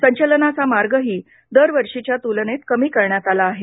संचलनाचा मार्गही दर वर्षीच्या तुलनेत कमी करण्यात आला आहे